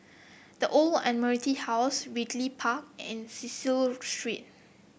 The Old Admiralty House Ridley Park and Cecil Street